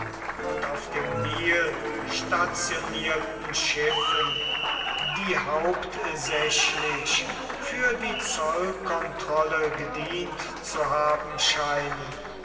und auf dem nil stationierten schiffen die hauptsächlich für die zollkontrolle gedient zu haben scheinen